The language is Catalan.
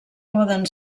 poden